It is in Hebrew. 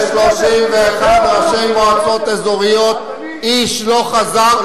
ל-31 ראשי מועצות אזוריות איש לא חזר,